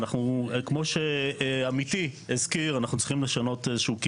כמו שאנחנו בונים --- אבל גם בית קברות,